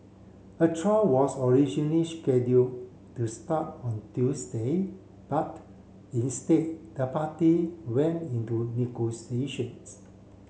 a trial was originally scheduled to start on Tuesday but instead the party went into negotiations